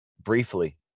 briefly